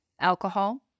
alcohol